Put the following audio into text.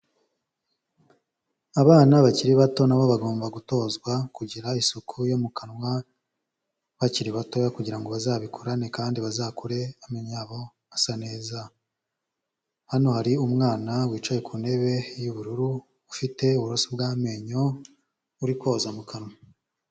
Abana bakiri bato na bo bagomba gutozwa kugira isuku yo mu kanwa bakiri batoya kugira ngo bazabikorane kandi bazakure amenyo asa neza, hano hari umwana wicaye ku ntebe y'ubururu, ufite uburoso bw'amenyo uri koza mu kanwa.